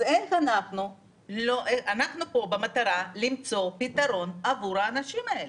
אנחנו פה במטרה למצוא פתרון בעבור האנשים האלה.